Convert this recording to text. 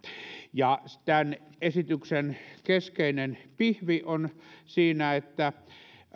tämän esityksen keskeinen pihvi on siinä että